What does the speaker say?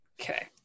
Okay